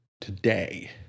today